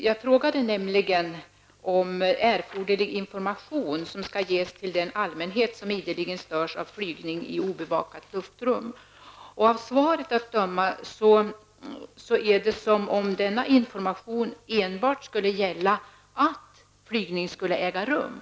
Jag frågade nämligen om erforderlig information som skall ges till den allmänhet som ideligen störs av flygning i obevakat luftrum. Av svaret att döma är det som om denna information enbart skulle gälla att flygning skall äga rum.